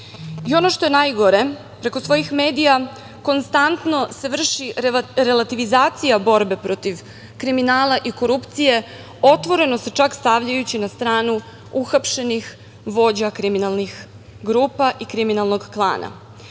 i, ono što je najgore, preko svojih medija konstantno se vrši revitalizacija borbe protiv kriminala i korupcije. Otvoreno se čak stavljaju na stranu uhapšenih vođa kriminalnih grupa i kriminalnog klana.